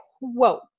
whoa